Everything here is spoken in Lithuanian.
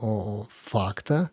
o o faktą